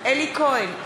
אלי כהן,